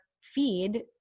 feed